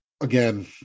again